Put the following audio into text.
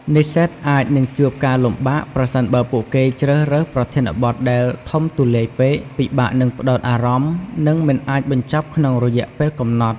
និស្សិតអាចនឹងជួបការលំបាក ប្រសិនបើពួកគេជ្រើសរើសប្រធានបទដែលធំទូលាយពេក ពិបាកនឹងផ្តោតអារម្មណ៍ និងមិនអាចបញ្ចប់ក្នុងរយៈពេលកំណត់។